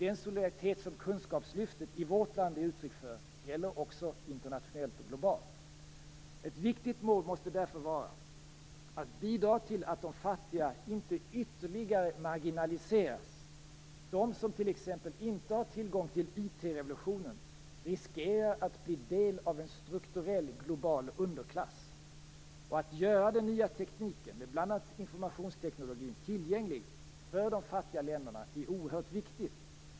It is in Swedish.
Den solidaritet som kunskapslyftet i vårt land ger uttryck för gäller också internationellt och globalt. Ett viktig mål måste därför vara att bidra till att de fattiga inte ytterligare marginaliseras. De som t.ex. inte har tillgång till IT-revolutionen riskerar att bli en del av en strukturell global underklass. Att göra den nya tekniken, med bl.a. informationstekniken, tillgänglig för de fattiga länderna är oerhört viktigt.